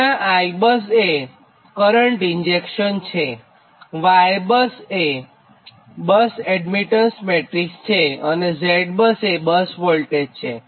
જ્યાં IBUS એ current ઇન્જેક્શનYBUS એ એડમીટન્સ મેટ્રીક્સ છે અને VBUS એ બસ વોલ્ટેજ છે